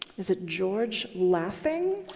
is it george laughing?